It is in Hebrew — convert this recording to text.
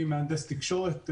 אני מהנדס תקשורת,